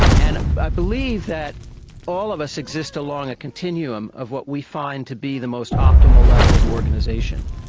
and i believe that all of us exist along a continuum of what we find to be the most optimal level of organisation.